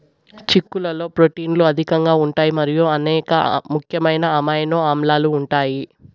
చిక్కుళ్లలో ప్రోటీన్లు అధికంగా ఉంటాయి మరియు అనేక ముఖ్యమైన అమైనో ఆమ్లాలు ఉంటాయి